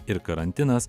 ir karantinas